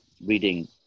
reading